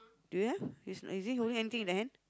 do you have is is he holding anything at the hand